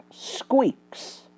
squeaks